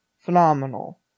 Phenomenal